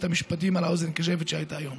המשפטים על האוזן הקשבת שהייתה היום.